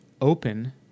open